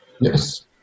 Yes